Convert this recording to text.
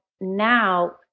now